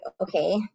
okay